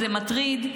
זה מטריד,